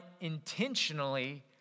intentionally